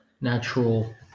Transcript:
natural